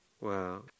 Wow